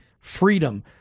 freedom